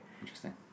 Interesting